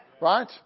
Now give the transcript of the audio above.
Right